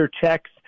checks